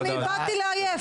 באתי לעייף.